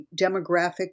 demographic